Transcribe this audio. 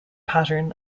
pattern